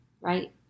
right